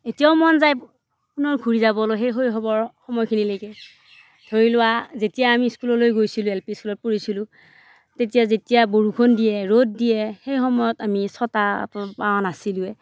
এতিয়াও মন যায় পুনৰ ঘূৰি যাবলৈ সেই শৈশৱৰ সময়খিনিলৈকে ধৰি লোৱা যেতিয়া আমি স্কুললৈ গৈছিলোঁ এল পি স্কুলত পঢ়িছিলোঁ তেতিয়া যেতিয়া বৰষুণ দিয়ে ৰ'দ দিয়ে সেই সময়ত আমি ছতা পোৱা নাছিলোৱে